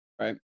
Right